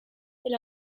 elle